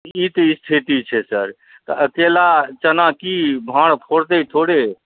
ई तऽ स्थिति छै सर तऽ अकेला चना की भांड़ फोरतै थोड़े